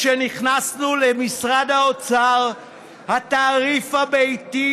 כשנכנסנו למשרד האוצר התעריף הביתי,